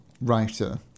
writer